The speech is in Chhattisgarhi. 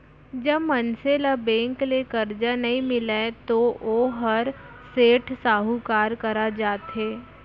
जब मनसे ल बेंक ले करजा नइ मिलय तो वोहर सेठ, साहूकार करा जाथे